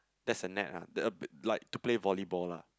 that's a net ah the like to play volleyball la